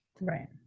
Right